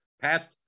Past